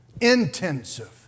intensive